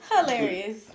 Hilarious